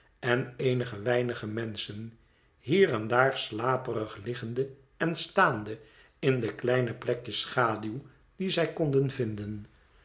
en eenige weinige menschen hier en daar slaperig liggende en staande in de kleine plekjes schaduw die zij konden vinden